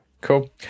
cool